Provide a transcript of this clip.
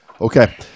Okay